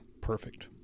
perfect